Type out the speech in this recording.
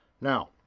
now